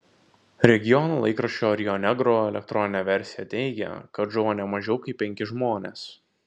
regiono laikraščio rio negro elektroninė versija teigia kad žuvo ne mažiau kaip penki žmonės